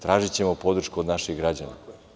Tražićemo podršku od naših građana.